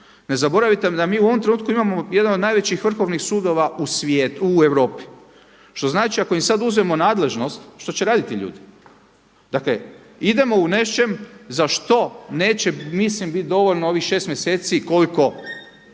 Ne zaboravite da mi u ovom trenutku imamo jedan od najvećih Vrhovnih sudova u Europi. Što znači ako im sad uzmemo nadležnost što će raditi ti ljudi? Dakle, idemo u nečem za što neće mislim bit dovoljno ovih šest mjeseci koliko